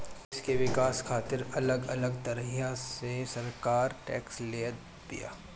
देस के विकास खातिर अलग अलग तरही से सरकार टेक्स लेत बिया